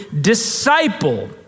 disciple